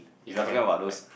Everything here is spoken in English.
it's like an like